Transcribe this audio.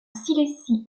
silésie